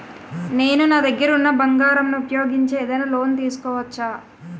నేను నా దగ్గర ఉన్న బంగారం ను ఉపయోగించి ఏదైనా లోన్ తీసుకోవచ్చా?